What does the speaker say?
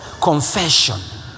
confession